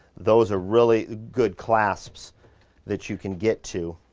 those are really good clasps that you can get to.